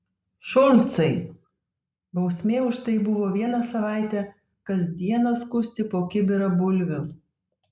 šulcai bausmė už tai buvo vieną savaitę kas dieną skusti po kibirą bulvių